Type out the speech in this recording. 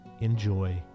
Enjoy